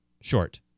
short